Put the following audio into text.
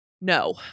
No